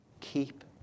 Keep